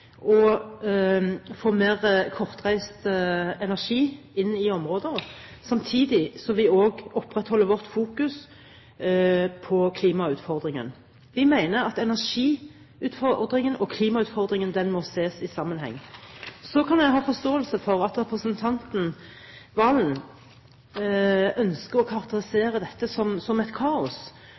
og få mer kortreist energi inn i områder, samtidig som vi opprettholder vår fokusering på klimautfordringene. Vi mener at energiutfordringene og klimautfordringene må ses i sammenheng. Så kan jeg ha forståelse for at representanten Serigstad Valen ønsker å karakterisere dette som et kaos